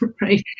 right